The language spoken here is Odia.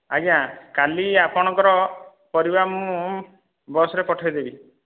ଆଜ୍ଞା କାଲି ଆପଣଙ୍କର ପରିବା ମୁଁ ବସ୍ରେ ପଠାଇ ଦେବି